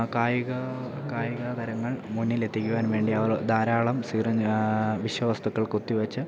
കായിക കായികതാരങ്ങൾ മുന്നിൽ എത്തിക്കുവാൻ വേണ്ടി അവർ ധാരാളം സിറിഞ്ച് വിഷവസ്തുക്കൾ കുത്തിവെച്ച്